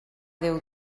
déu